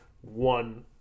one